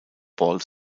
bald